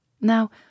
Now